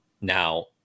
Now